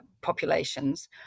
populations